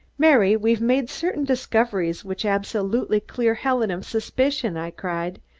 mary, we've made certain discoveries which absolutely clear helen of suspicion, i cried,